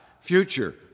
future